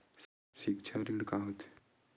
सिक्छा ऋण का होथे?